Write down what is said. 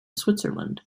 switzerland